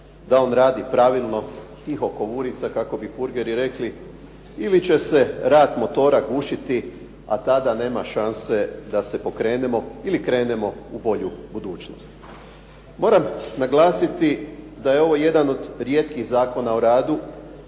da on radi pravilno, tiho ko vurica kako bi purgeri rekli ili će se rad motora gušiti, a tada nema šanse da se pokrenemo ili krenemo u bolju budućnost. Moram naglasiti da je ovo jedan od rijetkih Zakona o radu